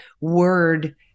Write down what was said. word